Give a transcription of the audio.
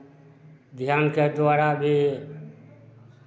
ध्यानके द्वारा भी